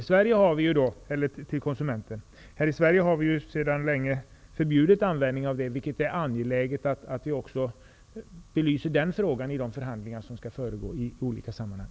I Sverige är användning av antibiotika i djurfoder sedan länge förbjuden, och det är angeläget att vi belyser också den frågan i de förhandlingar som skall försiggå i olika sammanhang.